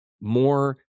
more